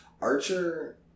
Archer